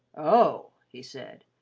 oh! he said,